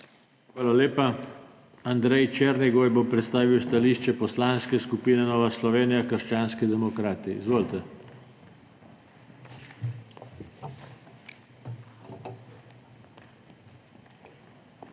Hvala lepa. Andrej Černigoj bo predstavil stališče Poslanske skupine Nova Slovenija – krščanski demokrati. Izvolite. ANDREJ